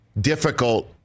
difficult